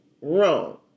wrong